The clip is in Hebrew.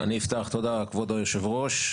אני אפתח, תודה כבוד היושב-ראש.